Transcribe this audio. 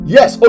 Yes